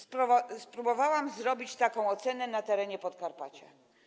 Spróbowałam zrobić taką ocenę na terenie Podkarpacia.